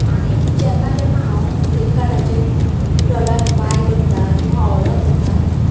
आनी जेन्ना केन्ना हांव फ्लिपकार्टाचेर प्रॉडक्ट बाय करतां किंवां ऑर्डर करता